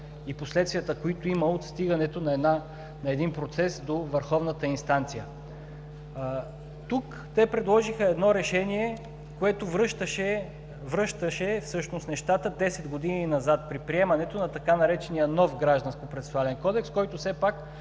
и последствията, които има от стигането на един процес до върховната инстанция. Тук те предложиха решение, което връщаше всъщност нещата десет години назад – при приемането на така наречения „нов“ Гражданско-процесуален кодекс, който все пак